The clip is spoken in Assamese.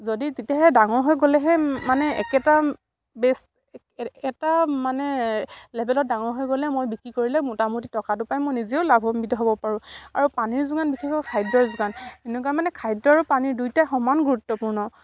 যদি তেতিয়াহে ডাঙৰ হৈ গ'লেহে মানে একেটা বেষ্ট এটা মানে লেভেলত ডাঙৰ হৈ গ'লে মই বিক্ৰী কৰিলে মোটামুটি টকাটো পাই মই নিজেও লাভাম্বিত হ'ব পাৰোঁ আৰু পানীৰ যোগান বিশেষকৈ খাদ্যৰ যোগান সেনেকুৱা মানে খাদ্য আৰু পানী দুয়োটাই সমান গুৰুত্বপূৰ্ণ